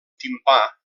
timpà